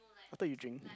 I thought you drink